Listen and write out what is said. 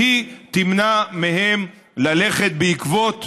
שהיא תמנע מהם ללכת בעקבות